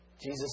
Jesus